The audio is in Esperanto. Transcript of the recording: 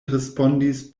respondis